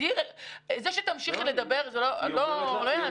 זה שתמשיכי לדבר, זה לא יעזור.